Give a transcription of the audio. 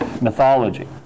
mythology